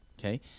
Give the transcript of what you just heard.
okay